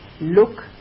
look